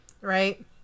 right